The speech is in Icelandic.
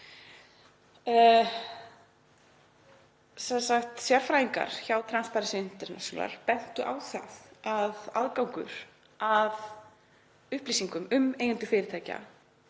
Sérfræðingar hjá Transparency International bentu á að aðgangur að upplýsingum um eigendur fyrirtækja